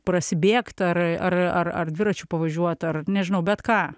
prasibėgt ar ar ar ar dviračiu pavažiuot ar nežinau bet ką